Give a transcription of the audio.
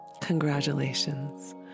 Congratulations